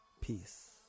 Peace